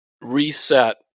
reset